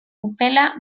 upela